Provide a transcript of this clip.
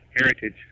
heritage